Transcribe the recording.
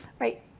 Right